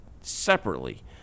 separately